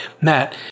Matt